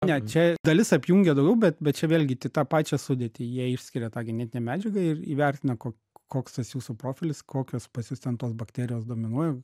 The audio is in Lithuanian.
ne čia dalis apjungia daugiau bet bet čia vėlgi ti tą pačią sudėtį jie išskiria tą genetinę medžiagą ir įvertina ko koks tas jūsų profilis kokios pas jus ten tos bakterijos dominuoja